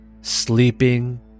sleeping